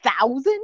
thousand